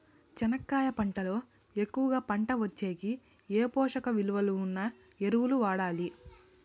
చెనక్కాయ పంట లో ఎక్కువగా పంట వచ్చేకి ఏ పోషక విలువలు ఉన్న ఎరువులు వాడాలి?